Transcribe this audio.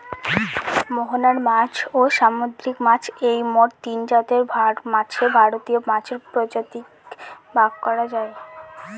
মোহনার মাছ, ও সামুদ্রিক মাছ এই মোট তিনজাতের মাছে ভারতীয় মাছের প্রজাতিকে ভাগ করা যায়